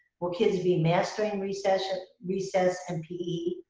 will kids be masked during recess ah recess and pe?